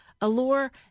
allure